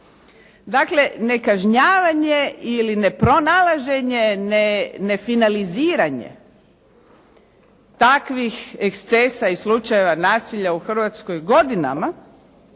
Dakle, nekažnjavanje ili nepronalaženje, nefinaliziranje takvih ekscesa i slučajeva nasilja u Hrvatskoj godinama